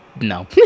No